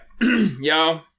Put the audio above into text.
y'all